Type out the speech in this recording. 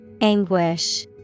Anguish